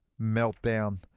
meltdown